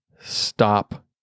stop